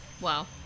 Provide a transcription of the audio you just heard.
Wow